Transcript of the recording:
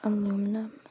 Aluminum